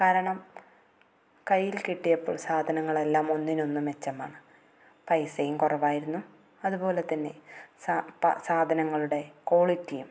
കാരണം കയ്യിൽ കിട്ടിയപ്പോൾ സാധനങ്ങൾ എല്ലാം ഒന്നിനൊന്നു മെച്ചമാണ് പൈസയും കുറവായിരുന്നു അതുപോലെതന്നെ സാധനങ്ങളുടെ ക്വാളിറ്റിയും